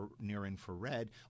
near-infrared